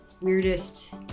weirdest